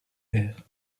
vert